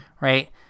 right